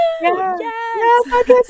Yes